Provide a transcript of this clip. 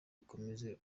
akomeze